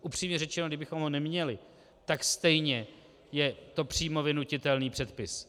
Upřímně řečeno, kdybychom ho neměli, tak stejně je to přímo vynutitelný předpis.